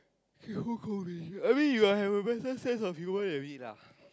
who call me I mean you will have a better sense of humour than me lah